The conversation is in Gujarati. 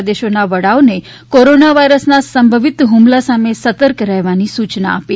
પ્રદેશોના વડાઓને કોરોના વાઇરસના સંભવિત ફમલા સામે સતર્ક રહેવાની સૂચના આપી